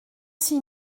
six